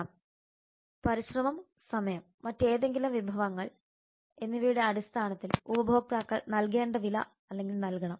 പണം പരിശ്രമം സമയം മറ്റേതെങ്കിലും വിഭവങ്ങൾ എന്നിവയുടെ അടിസ്ഥാനത്തിൽ ഉപഭോക്താക്കൾ നൽകേണ്ട വില അല്ലെങ്കിൽ നൽകണം